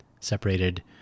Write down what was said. separated